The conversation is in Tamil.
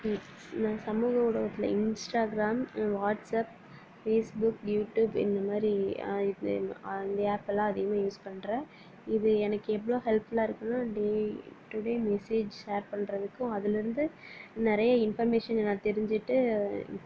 நான் சமூக ஊடகத்தில் Instagram WhatsApp Facebook YouTube இந்த மாதிரி இப் இந்த ஆப்பெல்லாம் அதிகமாக யூஸ் பண்ணுறேன் இது எனக்கு எவ்வளோ ஹெல்ஃபுலாக இருக்குதுனா day to day message share பண்ணுறதுக்கும் அதிலருந்து நிறைய இன்பர்மேஷனை நான் தெரிஞ்சுட்டு